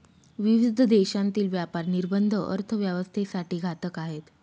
विविध देशांतील व्यापार निर्बंध अर्थव्यवस्थेसाठी घातक आहेत